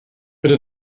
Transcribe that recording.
bitte